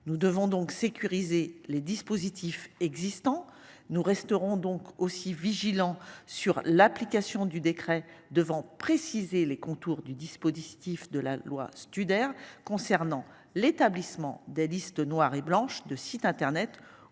Nous devons donc sécuriser les dispositifs existants. Nous resterons donc aussi vigilants sur l'application du décret devant préciser les contours du dispositif de la loi Studer concernant l'établissement des listes noires et blanches de site Internet